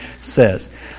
says